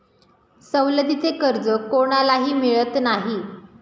सवलतीचे कर्ज कोणालाही मिळत नाही